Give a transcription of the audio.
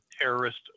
terrorist